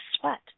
sweat